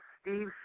Steve